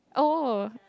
oh